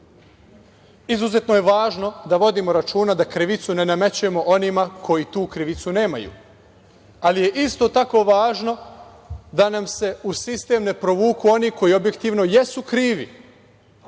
pošteni. Izuzetno je važno da se vodi računa da krivicu ne namećemo onima koji tu krivicu nemaju, ali je isto tako važno da nam se u sistem ne provuku oni koji objektivno jesu krivi,